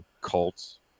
cults